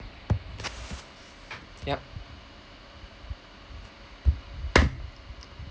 yup